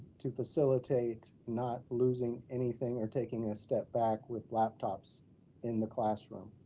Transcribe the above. to facilitate, not losing anything or taking a step back with laptops in the classroom.